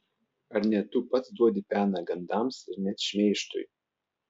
ar ne tu pats duodi peną gandams ir net šmeižtui